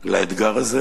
על האתגר הזה,